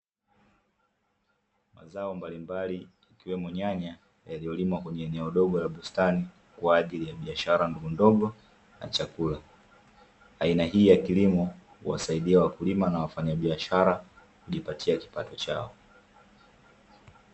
Mazao mbalimbali ikiwemo nyanya yaliyolimwa kwenye eneo dogo la bustani, kwa ajili ya biashara ndogondogo na chakula. Aina hii ya kilimo huwasaidia wakulima na wafanyabiashara kujipatia kipato chao.